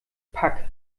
pack